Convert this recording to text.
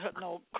no